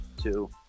two